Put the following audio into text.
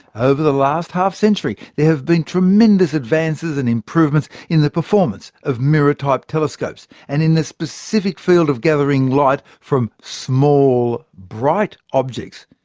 over the last half-century, there have been tremendous advances and improvements in the performance of mirror-type telescopes. and in the specific field of gathering light from small bright objects,